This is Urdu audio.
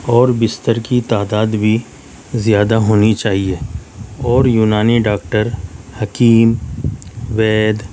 اور بستر کی تعداد بھی زیادہ ہونی چاہیے اور یونانی ڈاکٹر حکیم وید